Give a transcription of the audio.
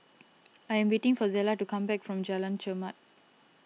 I am waiting for Zella to come back from Jalan Chermat